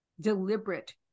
deliberate